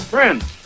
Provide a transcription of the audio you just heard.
Friends